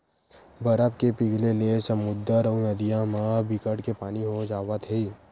बरफ के पिघले ले समुद्दर अउ नदिया म बिकट के पानी हो जावत हे